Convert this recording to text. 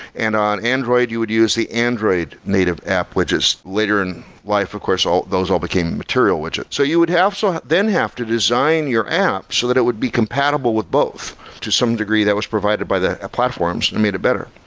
and on android, you would use the android native app widgets later in life. of course, those all became material widget. so you would so then have to design your app so that it would be compatible with both to some degree that was provided by the platforms and made it better.